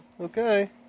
Okay